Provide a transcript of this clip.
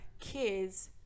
kids